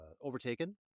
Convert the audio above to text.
overtaken